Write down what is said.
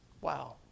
Wow